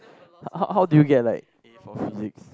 how how do you get like a for physics